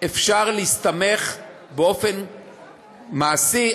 אפשר להסתמך באופן מעשי,